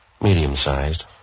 Medium-sized